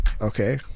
Okay